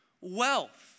wealth